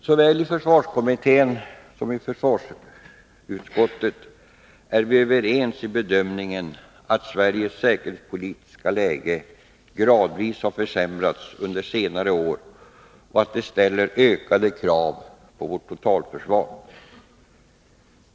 Såväl i försvarskommittén som i försvarsutskottet är vi överens i bedömningen att Sveriges säkerhetspolitiska läge gradvis har försämrats under senare år och att detta ställer ökade krav på vårt totalförsvar.